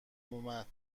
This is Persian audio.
اومد